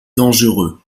dangereux